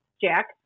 jack